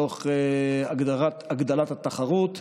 תוך הגדלת התחרות.